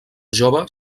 jove